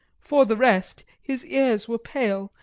for the rest, his ears were pale,